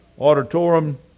auditorium